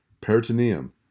peritoneum